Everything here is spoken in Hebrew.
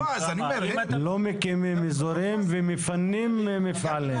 לא מקימים אזורים ומפנים מפעלים.